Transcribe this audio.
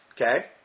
Okay